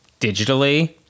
digitally